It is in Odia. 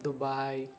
ଦୁବାଇ